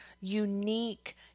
unique